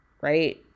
right